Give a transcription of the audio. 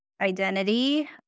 identity